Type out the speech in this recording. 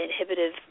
inhibitive